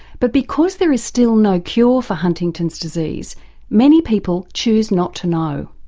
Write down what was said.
but because there is still no cure for huntington's disease many people choose not to know.